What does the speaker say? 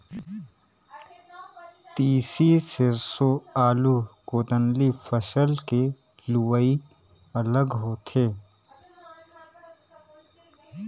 तिसी, सेरसों, आलू, गोदंली फसल के लुवई अलग होथे